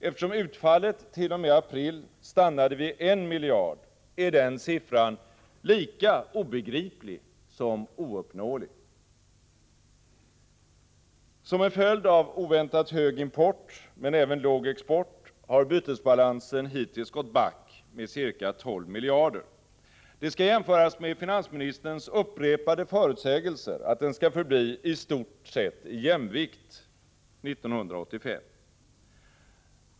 Eftersom utfallet t.o.m. april stannade vid 1 miljard är den siffran lika obegriplig som ouppnåelig. Som en följd av oväntat hög import men även låg export har bytesbalansen hittills gått back med ca 12 miljarder. Det skall jämföras med finansministerns upprepade förutsägelser att den skall förbli i stort sett i jämvikt 1985.